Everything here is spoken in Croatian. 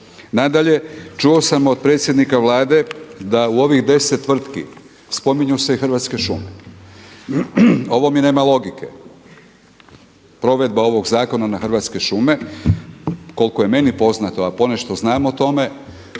Nadalje, čuo sam od predsjednika Vlade da u ovih deset tvrtki spominju se Hrvatske šume. Ovo mi nema logike, provedba ovog zakona na Hrvatske šume, koliko je meni poznato a ponešto znam o tome